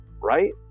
right